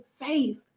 faith